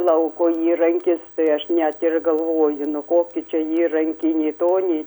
lauko įrankis tai aš net ir galvoju nu koki čia įrankiai nei to nei